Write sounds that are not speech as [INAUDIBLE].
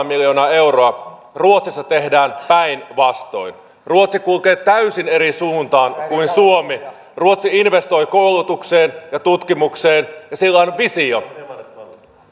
[UNINTELLIGIBLE] miljoonaa euroa ruotsissa tehdään päinvastoin ruotsi kulkee täysin eri suuntaan kuin suomi ruotsi investoi koulutukseen ja tutkimukseen ja sillä on visio